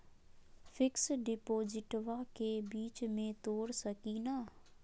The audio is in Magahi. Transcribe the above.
फिक्स डिपोजिटबा के बीच में तोड़ सकी ना?